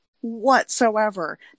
whatsoever